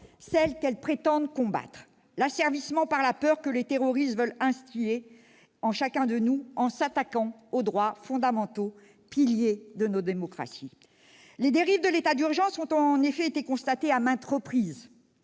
celles qu'elles prétendent combattre, notamment l'asservissement par la peur que les terroristes veulent instiller en chacun de nous en s'attaquant aux droits fondamentaux, piliers de nos démocraties. Les dérives de l'état d'urgence ont en effet été constatées à maintes reprises.